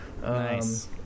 Nice